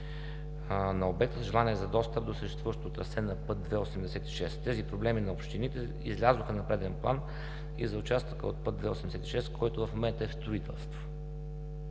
на обекта и желание за достъп до съществуващото трасе на път II-86. Тези проблеми на общините излязоха на преден план и за участъка от път II-86, който в момента е в строителство.